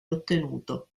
ottenuto